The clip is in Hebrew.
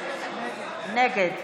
נגד